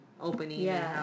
opening